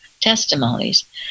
testimonies